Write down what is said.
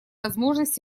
возможность